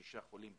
376 חולים פעילים.